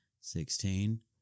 sixteen